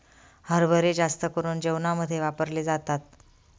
हरभरे जास्त करून जेवणामध्ये वापरले जातात